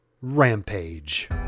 Rampage